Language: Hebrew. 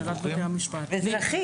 ניב,